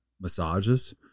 massages